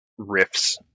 riffs